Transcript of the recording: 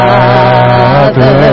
Father